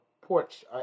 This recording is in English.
porch